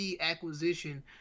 acquisition